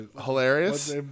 Hilarious